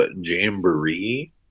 jamboree